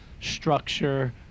structure